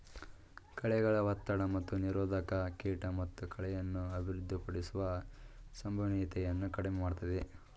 ಕಳೆಗಳ ಒತ್ತಡ ಮತ್ತು ನಿರೋಧಕ ಕೀಟ ಮತ್ತು ಕಳೆಯನ್ನು ಅಭಿವೃದ್ಧಿಪಡಿಸುವ ಸಂಭವನೀಯತೆಯನ್ನು ಕಡಿಮೆ ಮಾಡ್ತದೆ